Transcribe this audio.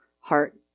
heart